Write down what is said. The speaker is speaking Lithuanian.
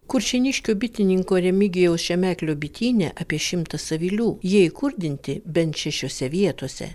kuršėniškių bitininko remigijaus šemeklio bityne apie šimtas avilių jie įkurdinti bent šešiose vietose